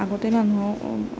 আগতে জানো